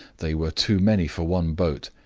they were too many for one boat,